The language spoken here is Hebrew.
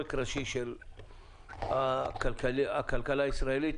עורק ראשי של הכלכלה הישראלית,